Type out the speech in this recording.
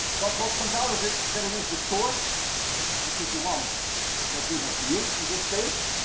but what comes out of it, that it is the torque which is the one that we have here in this case,